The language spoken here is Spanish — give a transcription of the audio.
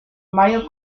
mario